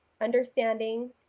understanding